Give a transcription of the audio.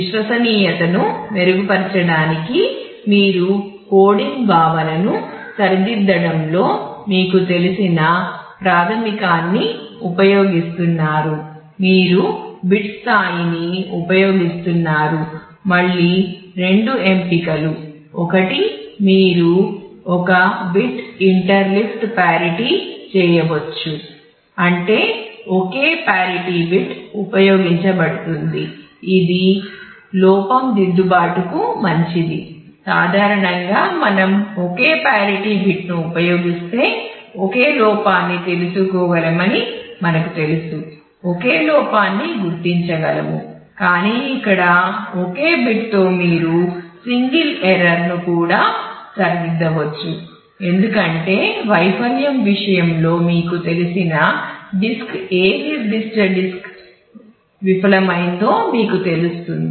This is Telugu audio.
విశ్వసనీయతను మెరుగుపరచడానికి మీరు కోడింగ్ భావనను సరిదిద్దడంలో మీకు తెలిసిన ప్రాథమికాన్ని ఉపయోగిస్తున్నారు మీరు బిట్ స్థాయిని ఉపయోగిస్తున్నారు మళ్ళీ రెండు ఎంపికలు ఒకటి మీరు ఒక బిట్ ఇంటర్ లిఫ్ట్ పారిటీ విఫలమైందో మీకు తెలుస్తుంది